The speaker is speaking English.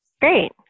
Great